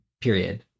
period